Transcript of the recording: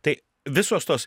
tai visos tos